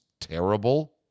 terrible